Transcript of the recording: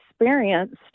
experienced